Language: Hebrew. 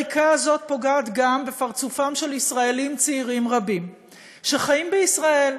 והיריקה הזאת פוגעת גם בפרצופם של ישראלים צעירים רבים שחיים בישראל,